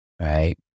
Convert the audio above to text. Right